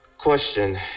question